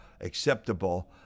acceptable